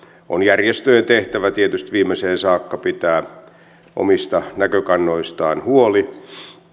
on järjestöjen tehtävä tietysti viimeiseen saakka pitää omista näkökannoistaan huoli